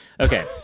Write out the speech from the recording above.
Okay